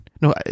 no